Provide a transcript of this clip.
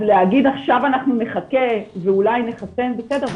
אז להגיד שעכשיו נחכה ואולי נחסן בסדר,